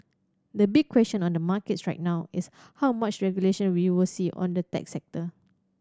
the big question on the markets right now is how much regulation we will see on the tech sector